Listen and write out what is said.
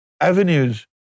avenues